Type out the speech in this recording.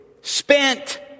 spent